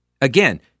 Again